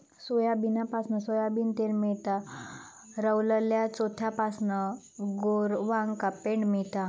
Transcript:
सोयाबीनपासना सोयाबीन तेल मेळता, रवलल्या चोथ्यापासना गोरवांका पेंड मेळता